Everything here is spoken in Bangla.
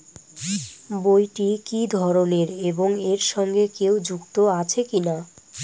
বইটি কি ধরনের এবং এর সঙ্গে কেউ যুক্ত আছে কিনা?